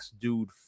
dude